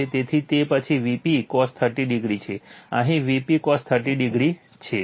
તેથી તે પછી Vp cos 30o છે અહીં Vp cos 30o છે